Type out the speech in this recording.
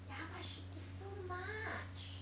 ya but she eat so much